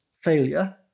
failure